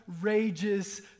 rages